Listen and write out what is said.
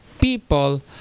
people